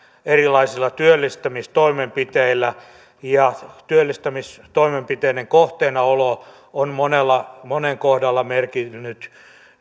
erilaisilla työllistämistoimenpiteillä ja työllistämistoimenpiteiden kohteena olo on monen kohdalla merkinnyt